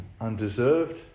undeserved